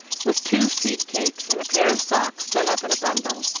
with two seed-cakes and a pair of socks done up in a bundle.